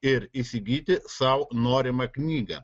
ir įsigyti sau norimą knygą